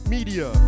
Media